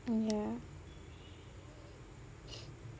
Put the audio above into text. mm ya